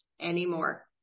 anymore